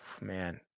Man